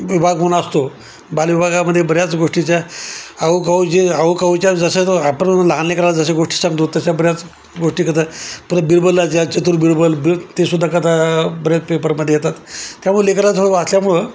विभाग म्हणून असतो बाल विभागामध्ये बऱ्याच गोष्टीच्या आऊगाऊ जे आऊगाऊच्या जसं आपण लहान लेकराला जश्या गोष्टी सांगतो तशा बऱ्याच गोष्टी कथा परत बिरबलाच्या चतुर बिरबल बिळ तेसुद्धा कथा बऱ्याच पेपरमध्ये येतात त्यामुळे लेकरा थोडं वाचल्यामुळे